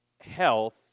health